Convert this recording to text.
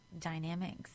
dynamics